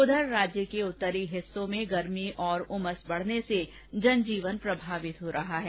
उधर राज्य के उत्तरी हिस्सों में गर्मी और उमस बढ़ने से जनजीवन प्रभावित हो रहा है